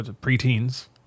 pre-teens